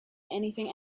anything